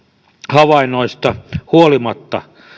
havainnoista huolimatta